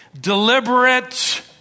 deliberate